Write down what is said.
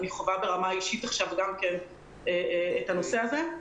אני חווה ברמה אישית עכשיו את הנושא הזה.